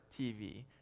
TV